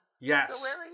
Yes